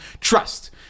trust